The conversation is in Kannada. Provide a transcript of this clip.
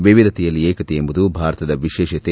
ವಿವಿಧತೆಯಲ್ಲಿ ಏಕತೆ ಎಂಬುದು ಭಾರತದ ವಿಶೇಷತೆ